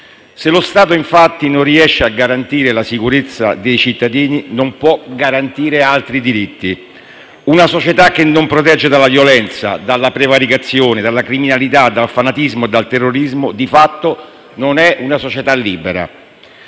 se lo Stato, infatti, non riesce a garantire la sicurezza dei cittadini, non può garantire altri diritti; una società che non protegge dalla violenza, dalla prevaricazione, dalla criminalità, dal fanatismo e dal terrorismo, di fatto, non è una società libera.